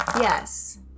Yes